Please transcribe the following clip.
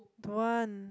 don't want